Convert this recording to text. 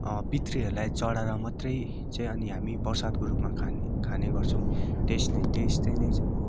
पितृहरूलाई चढाएर मात्रै चाहिँ अनि हामी प्रसादको रूपमा खाना खाने गर्छौँ त्यस त्यस्तै नै हो